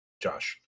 Josh